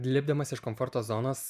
lipdamas iš komforto zonos